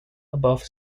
above